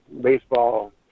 baseball